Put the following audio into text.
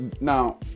Now